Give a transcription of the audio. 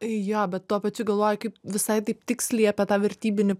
jo bet tuo pačiu galvoju kaip visai taip tiksliai apie tą vertybinį